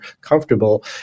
comfortable